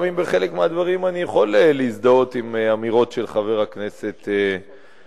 גם אם בחלק מהדברים אני יכול להזדהות עם אמירות של חבר הכנסת גילאון.